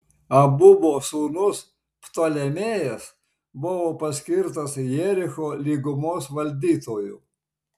abubo sūnus ptolemėjas buvo paskirtas jericho lygumos valdytoju